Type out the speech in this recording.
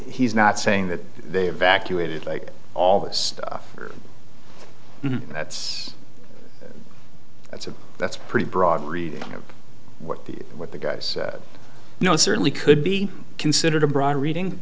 he's not saying that they evacuated like all that stuff that's that's a that's a pretty broad reading of what the what the guys know certainly could be considered a broader reading